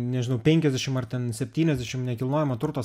nežinau penkiasdešim ar ten septyniasdešim nekilnojamo turto